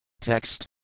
Text